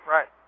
Right